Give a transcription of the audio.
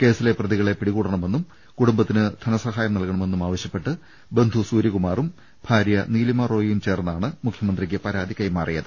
കേസിലെ പ്രതികളെ പിടികൂടണമെന്നും കുടുംബത്തിന് ധനസഹായം നൽക ണമെന്നും ആവശ്യപ്പെട്ട് ബന്ധു സൂര്യകുമാറും ഭാര്യ നീലിമ റോയിയും ചേർന്നാണ് മുഖ്യമന്ത്രിക്ക് പരാതി കൈമാറിയത്